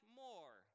more